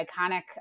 iconic